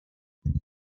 ils